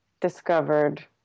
discovered